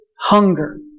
hunger